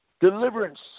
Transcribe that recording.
deliverance